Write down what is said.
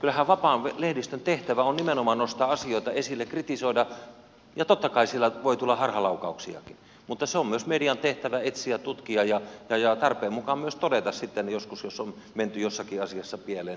kyllähän vapaan lehdistön tehtävä on nimenomaan nostaa asioita esille kritisoida ja totta kai siellä voi tulla harhalaukauksiakin mutta on myös median tehtävä etsiä tutkia ja tarpeen mukaan myös todeta sitten joskus jos on menty jossakin asiassa pieleen